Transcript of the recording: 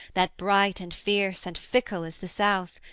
that bright and fierce and fickle is the south,